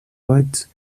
words